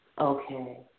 Okay